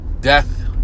Death